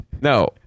no